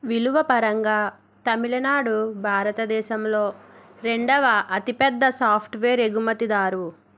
విలువపరంగా తమిళనాడు భారతదేశంలో రెండవ అతిపెద్ద సాఫ్ట్వేర్ ఎగుమతిదారు